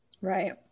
right